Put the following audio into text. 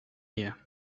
you